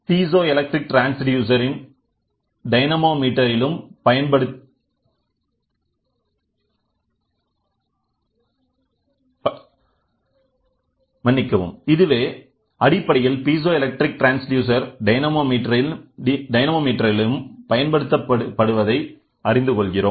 piezo electric transducer டைனமோமீட்டரிலும் பயன்படுத்தப்படுத்தப்படுகிறது